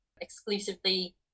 exclusively